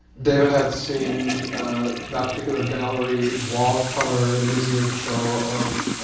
david had seen that particular gallery wall color at a museum show of.